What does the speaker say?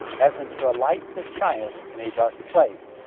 as unto a light that shineth in a dark place,